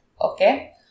Okay